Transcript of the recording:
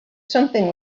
something